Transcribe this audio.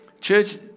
Church